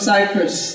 Cyprus